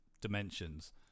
dimensions